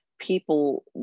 people